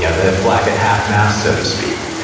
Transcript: yeah the flag at half mast, so to speak.